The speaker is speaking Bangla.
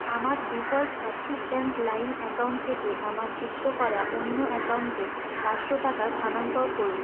আমার ডিফল্ট অ্যাক্সিস ব্যাঙ্ক লাইম অ্যাকাউন্ট থেকে আমার যুক্ত করা অন্য অ্যাকাউন্টে পাঁচশো টাকা স্থানান্তর করুন